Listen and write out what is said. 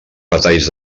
retalls